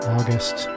August